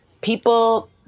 people